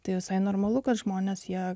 tai visai normalu kad žmonės ją